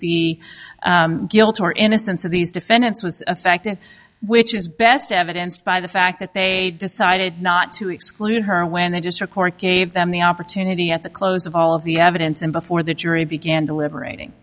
the guilt or innocence of these defendants was affected which is best evidence by the fact that they decided not to exclude her when they just record gave them the opportunity at the close of all of the evidence and before that yuri began deliberating